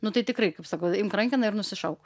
nu tai tikrai kaip sakau imk rankeną ir nusišauk